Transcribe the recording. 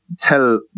tell